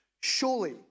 Surely